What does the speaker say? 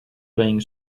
playing